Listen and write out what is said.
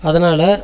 அதனால்